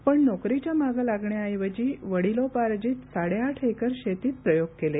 पण नोकरीच्या मागे लागण्याऐवजी वडिलोपार्जित साडेआठ एकर शेतीत प्रयोग केले